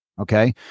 okay